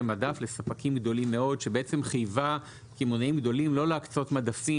מדף לספקים גדולים מאוד שחייבה קמעונאים גדולים לא להקצות מדפים